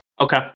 Okay